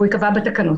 הוא ייקבע בתקנות.